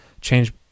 change